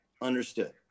Understood